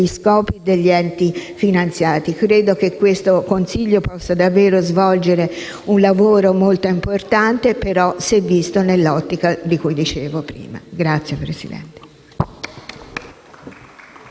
scopi degli enti finanziati. Credo che questo consiglio possa davvero svolgere un lavoro molto importante, se però visto nell'ottica di cui ho detto. *(Applausi